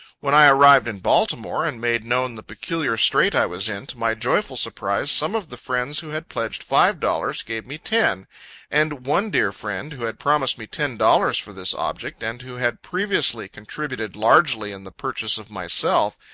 when i arrived in baltimore, and made known the peculiar strait i was in, to my joyful surprise, some of the friends who had pledged five dollars, gave me ten and one dear friend who had promised me ten dollars, for this object, and who had previously contributed largely in the purchase of myself,